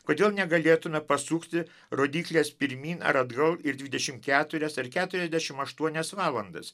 kodėl negalėtume pasukti rodykles pirmyn ar atgal ir dvidešimt keturias ar keturiasdešimt aštuonias valandas